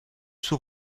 suo